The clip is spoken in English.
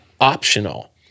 optional